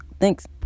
Thanks